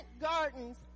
gardens